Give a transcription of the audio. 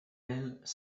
elles